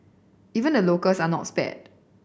even the locals are not spared